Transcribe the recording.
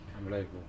Unbelievable